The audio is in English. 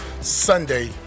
Sunday